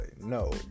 No